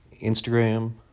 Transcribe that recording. Instagram